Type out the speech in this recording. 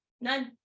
none